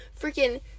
freaking